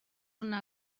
una